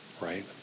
right